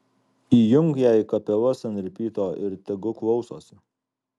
įjunk jai kapelas ant ripyto ir tegu klausosi